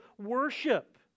worship